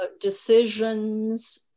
decisions